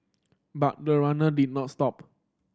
but the runner did not stop